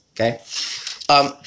okay